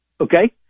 okay